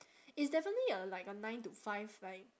it's definitely a like a nine to five like